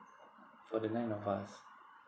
for the nine of us